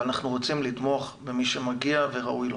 אבל אנחנו רוצים לתמוך במי שמגיע וראוי לו.